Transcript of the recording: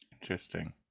Interesting